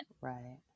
Right